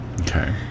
Okay